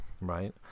right